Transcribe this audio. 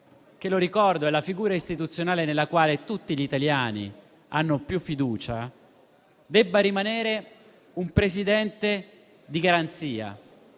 che - lo ricordo - è la figura istituzionale nella quale tutti gli italiani hanno più fiducia, debba rimanere un Presidente di garanzia